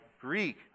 Greek